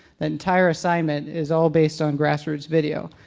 that entire assignment is all based on grassroots video.